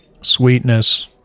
Sweetness